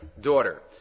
daughter